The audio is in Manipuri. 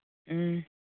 ꯎꯝ